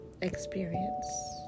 experience